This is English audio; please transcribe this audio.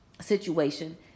situation